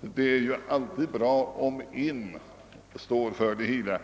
Det är ju alltid bra om en myndighet står för det hela.